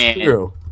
true